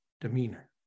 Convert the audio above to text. demeanor